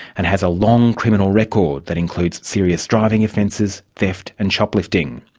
and has a long criminal record that includes serious driving offences, theft and shoplifting.